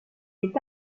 est